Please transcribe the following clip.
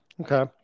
Okay